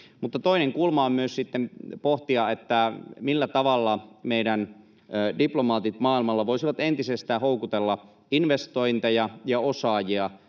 toinen kulma on sitten myös pohtia, millä tavalla meidän diplomaattimme maailmalla voisivat entisestään houkutella investointeja ja osaajia